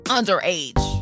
Underage